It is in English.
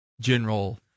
general